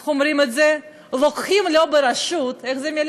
איך אומרים את זה, לוקחים לא ברשות משהו,